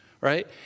right